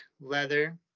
leather